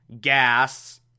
gas